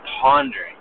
pondering